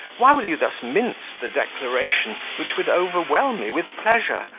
why will you thus mince the declaration which would overwhelm me with pleasure,